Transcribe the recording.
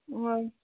অঁ